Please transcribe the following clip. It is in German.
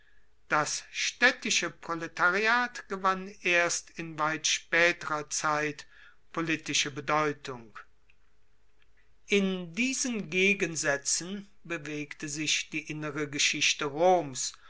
das staedtische proletariat gewann erst in weit spaeterer zeit politische bedeutung in diesen gegensaetzen bewegte sich die innere geschichte roms